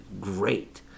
great